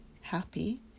happy